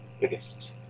biggest